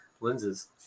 lenses